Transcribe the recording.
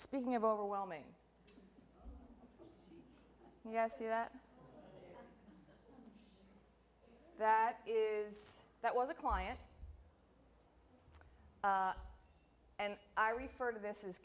speaking of overwhelming yes see that that is that was a client and i refer to this is